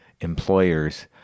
employers